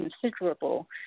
considerable